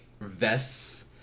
vests